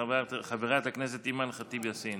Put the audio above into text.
חברת הכנסת אימאן ח'טיב יאסין,